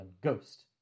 Ghost